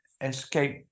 Escape